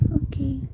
okay